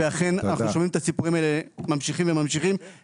ואכן אנחנו שומעים את הסיפורים האלה ממשיכים וממשיכים,